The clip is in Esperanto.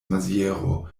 maziero